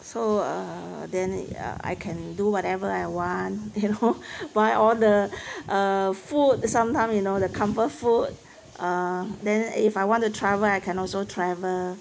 so uh then uh I can do whatever I want you know buy all the uh the food sometime you know the comfort food uh then if I want to travel I can also travel